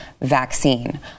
vaccine